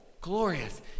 glorious